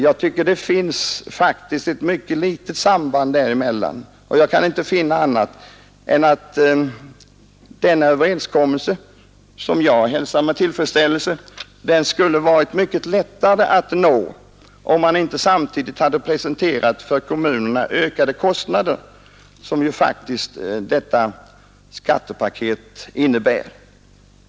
Jag tycker faktiskt att det är ett mycket litet samband däremellan, och jag kan inte finna annat än att denna överenskommelse, som jag hälsar med tillfredsställelse, skulle varit mycket lättare att uppnå om inte kommunerna samtidigt hade presenterats ökade kostnader, som ju faktiskt detta skattepaket innebär.